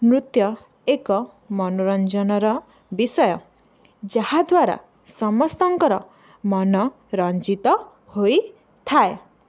ନୃତ୍ୟ ଏକ ମନୋରଞ୍ଜନର ବିଷୟ ଯାହାଦ୍ୱାରା ସମସ୍ତଙ୍କର ମନ ରଞ୍ଜିତ ହୋଇଥାଏ